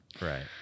Right